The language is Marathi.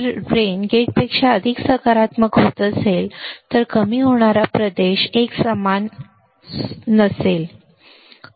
जर ड्रेन गेटपेक्षा अधिक सकारात्मक होत असेल तर कमी होणारा प्रदेश एकसमान सोपा नसेल अगदी बरोबर